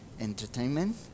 entertainment